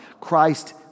Christ